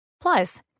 Plus